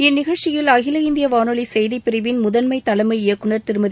இந்நிகழ்ச்சியில் அகில இந்திய வானொலி செய்திப் பிரிவின் முதன்மை தலைமை இயக்குனர் திருமதி